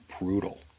brutal